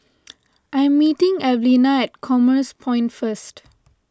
I'm meeting Evelena at Commerce Point first